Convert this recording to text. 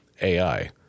AI